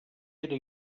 era